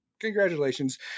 Congratulations